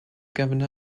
governor